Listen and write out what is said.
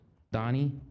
Donnie